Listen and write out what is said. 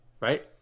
Right